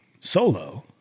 solo